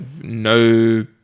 no